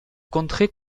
contrer